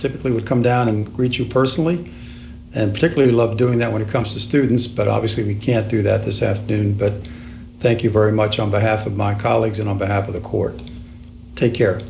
typically would come down and greet you personally and particularly love doing that when it comes to students but obviously we can't do that this afternoon but thank you very much on behalf of my colleagues and on behalf of the court take care